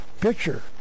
picture